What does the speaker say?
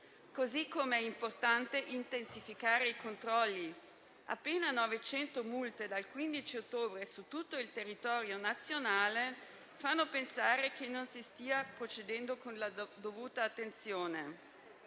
modo è importante intensificare i controlli: appena 900 multe dal 15 ottobre su tutto il territorio nazionale fanno pensare che non si stia procedendo con la dovuta attenzione.